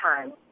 time